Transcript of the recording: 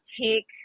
take